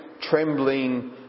trembling